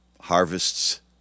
harvests